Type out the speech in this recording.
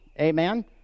amen